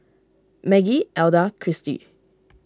Maggie Elda Christy